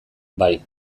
bai